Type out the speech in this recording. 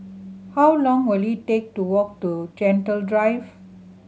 how long will it take to walk to Gentle Drive